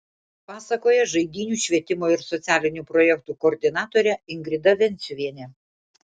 pasakoja žaidynių švietimo ir socialinių projektų koordinatorė ingrida venciuvienė